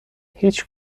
هیچ